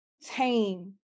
tame